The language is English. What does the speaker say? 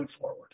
Forward